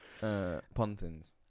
Pontins